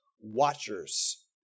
watchers